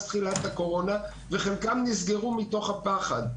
תחילת הקורונה וחלקם נסגרו מתוך הפחד.